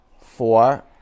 Four